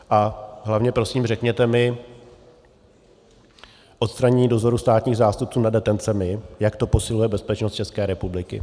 A hlavně prosím, řekněte mi, odstranění státních zástupců nad detencemi, jak to posiluje bezpečnost České republiky.